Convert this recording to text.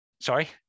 Sorry